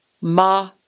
Ma